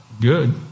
Good